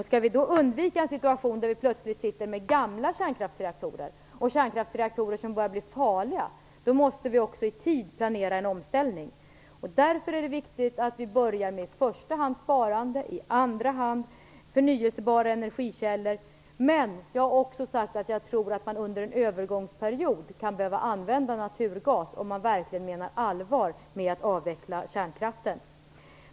Skall vi undvika en situation där vi plötsligt sitter med gamla kärnkraftsreaktorer och kärnkraftsreaktorer som börjar bli farliga måste vi också i tid planera en omställning. Därför är det viktigt att vi börjar med i första hand sparande och i andra hand förnyelsebara energikällor. Men jag har också sagt att jag tror att man under en övergångsperiod kan behöva använda naturgas om man verkligen menar allvar med att avveckla kärnkraften.